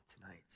tonight